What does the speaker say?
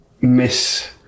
miss